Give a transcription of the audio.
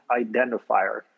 identifier